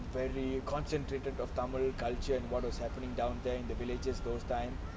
primary concern Twitter of tamil culture and what was happening down there in the villages those times